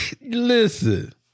listen